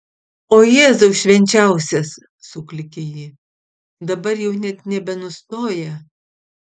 o jėzau švenčiausias suklykė ji dabar jau net nebenustoja